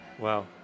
Wow